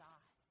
God